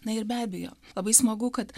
na ir be abejo labai smagu kad